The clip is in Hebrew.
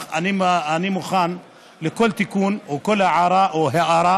אני מוכן לכל תיקון או כל הארה או הערה